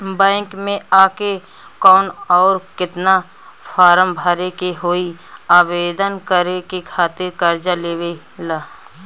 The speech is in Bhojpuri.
बैंक मे आ के कौन और केतना फारम भरे के होयी आवेदन करे के खातिर कर्जा लेवे ला?